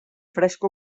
fresc